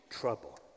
trouble